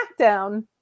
SmackDown